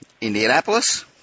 Indianapolis